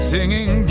Singing